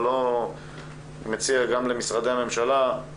אבל אני מציע גם למשרדי הממשלה,